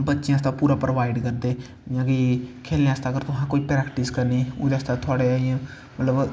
बच्चैं आस्तै पीरा प्रोबाईड़ करदे जियां कि खेलनैं आस्तै तुसैं कोई प्रैक्टिस करनी ओह्दै आस्तै इयां मतलव